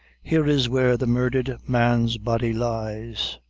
here is where the murdhered man's body lies.